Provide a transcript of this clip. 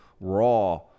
raw